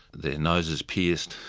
their noses pierced,